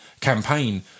campaign